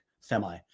semi